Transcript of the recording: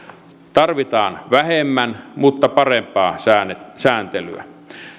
tarvitaan vähemmän mutta parempaa sääntelyä